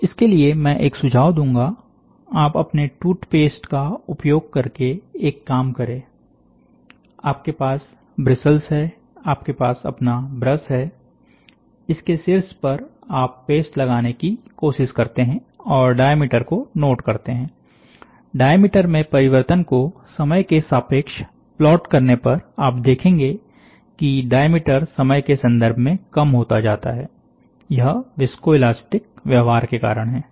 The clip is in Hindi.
तो इसके लिए मैं एक सुझाव दूंगा आप अपने टूथपेस्ट का उपयोग करके एक काम करें आपके पास ब्रिसल्स हैं आपके पास अपना ब्रश है इसके शीर्ष पर आप पेस्ट लगाने की कोशिश करते हैं और डायामीटर को नोट करते है डायामीटर में परिवर्तन को समय के सापेक्ष प्लॉट करने पर आप देखेंगे की डायामीटर समय के संदर्भ में कम होता जाता है यह विस्कोइलास्टिक व्यवहार के कारण है